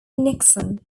nixon